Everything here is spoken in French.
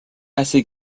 assez